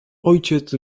ojciec